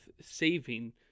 saving